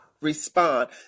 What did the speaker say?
respond